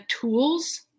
tools